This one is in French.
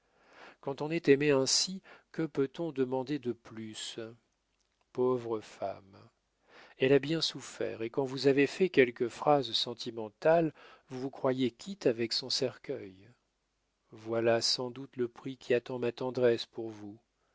quand on est aimé ainsi que peut-on demander de plus pauvre femme elle a bien souffert et quand vous avez fait quelques phrases sentimentales vous vous croyez quitte avec son cercueil voilà sans doute le prix qui attend ma tendresse pour vous